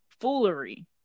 foolery